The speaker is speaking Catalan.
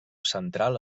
central